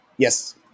Yes